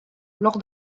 lors